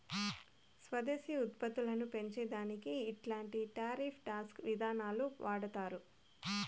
స్వదేశీ ఉత్పత్తులని పెంచే దానికి ఇట్లాంటి టారిఫ్ టాక్స్ విధానాలు వాడతారు